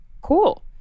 cool